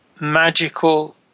magical